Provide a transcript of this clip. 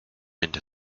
into